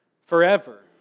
forever